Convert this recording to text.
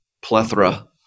plethora